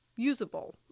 Usable